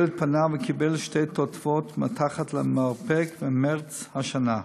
2. הילד פנה וקיבל שתי תותבות מתחת למרפק במרס השנה.